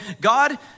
God